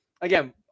again